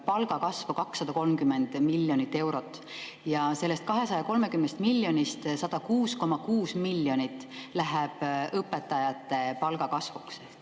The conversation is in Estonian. palgakasvu 230 miljonit eurot. Sellest 230 miljonist 106,6 miljonit läheb õpetajate palga kasvuks.